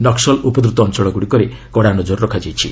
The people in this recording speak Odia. ନକ୍କଲ୍ ଉପଦ୍ରତ ଅଞ୍ଚଳଗୁଡ଼ିକରେ କଡ଼ା ନଜର ରଖାଯାଇଛି